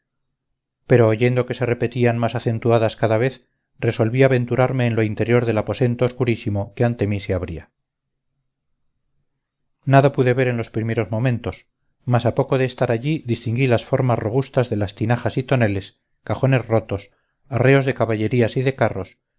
pero oyendo que se repetían más acentuados cada vez resolví aventurarme en lo interior del aposento oscurísimo que ante mí se abría nada pude ver en los primeros momentos mas a poco de estar allí distinguí las formas robustas de las tinajas y toneles cajones rotos arreos de caballerías y de carros